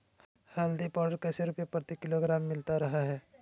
हल्दी पाउडर कैसे रुपए प्रति किलोग्राम मिलता रहा है?